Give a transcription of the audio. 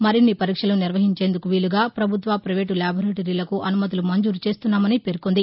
మరిన్ని పరీక్షలు నిర్వహించేందుకు వీలుగా ప్రభుత్వ ప్రైవేటు ల్యాబొరేటరీలకు అనుమతులు మంజూరు చేస్తున్నామని పేర్కొంది